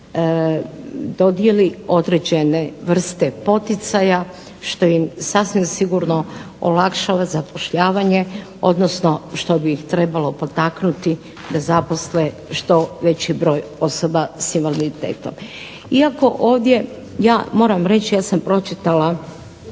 dodijeli određene vrste poticaja što im sasvim sigurno olakšava zapošljavanje, odnosno što bi ih trebalo potaknuti da zaposle što veći broj osoba sa invaliditetom. Iako ovdje ja moram reći ja sam pročitala